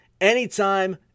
anytime